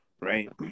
right